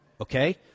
okay